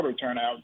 turnout